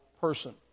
person